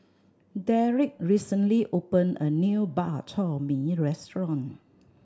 Derick recently opened a new Bak Chor Mee restaurant